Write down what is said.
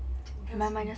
讲很大声